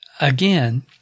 again